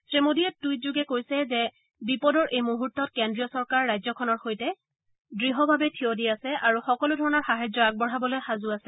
শ্ৰী মোডীয়ে টুইট যোগে কৈছে যে বিপদৰ এই মুহূৰ্তত কেন্দ্ৰীয় চৰকাৰ ৰাজ্যখনৰ সৈতে কেন্দ্ৰীয় চৰকাৰ দৃঢ়ভাৱে থিয় দি আছে আৰু সকলো ধৰণৰ সাহায্য আগবঢ়াবলৈ ই সাজু আছে